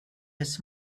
his